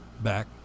back